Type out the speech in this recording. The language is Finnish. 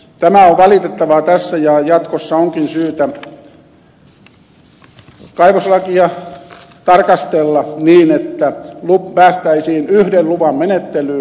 tämä on valitettavaa tässä ja jatkossa onkin syytä kaivoslakia tarkastella niin että päästäisiin yhden luvan menettelyyn